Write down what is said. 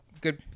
good